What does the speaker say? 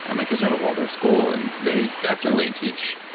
and my kids are in a waldorf school and they definitely teach